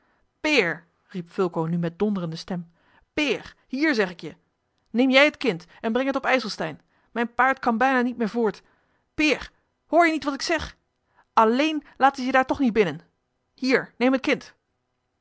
peer riep fulco nu met donderende stem peer hier zeg ik je neem jij het kind en breng het op ijselstein mijn paard kan bijna niet meer voort peer hoor je niet wat ik zeg alléén laten ze je daar toch niet binnen hier neem het kind